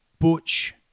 butch